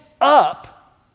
up